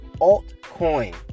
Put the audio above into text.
altcoin